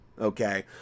okay